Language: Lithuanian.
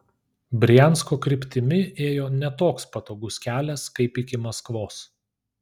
briansko kryptimi ėjo ne toks patogus kelias kaip iki maskvos